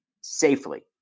safely